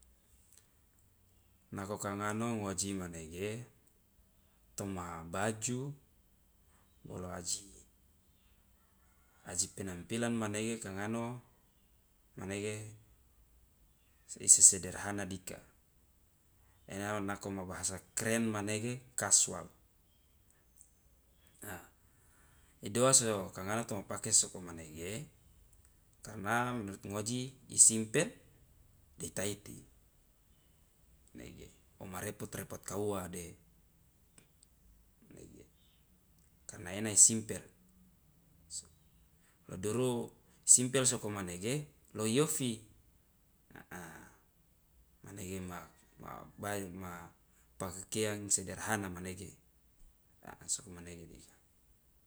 Nako kangano ngoji manege toma baju bolo aji aji penampilan manege kangano manege isesederhana dika ena nako ma bahasa kren manege casual a idoaso kangano toma pake sokomanege karna menurut ngoji isimpel de itaiti manege woma repot repot kauwa de manege karna ena isimpel lo duru simpel sokomanege lo iofi a manege ma pakeang sederhana manege a somomanege dika.